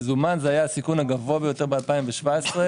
מזומן היה הסיכון הגבוה ביותר ב-2017,